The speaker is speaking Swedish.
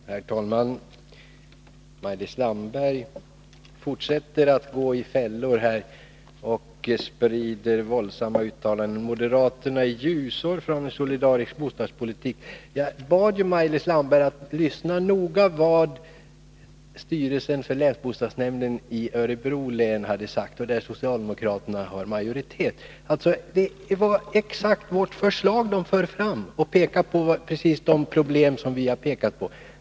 Herr talman! Maj-Lis Landberg fortsätter att gå i fällor, och hon gör våldsamma uttalanden. Moderaterna är ljusår från en solidarisk bostadspolitik, säger hon. Men jag bad Maj-Lis Landberg att lyssna noga på vad styrelsen för länsbostadsnämnden i Örebro län, där socialdemokraterna har majoritet, hade sagt. Det var exakt vårt förslag de förde fram, och de pekade på precis de problem som vi har pekat på.